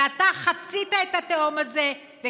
אתה חצית את התהום הזאת.